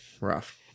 rough